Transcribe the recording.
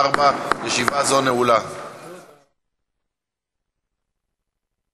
עברה בקריאה ראשונה ותועבר לוועדת החוקה,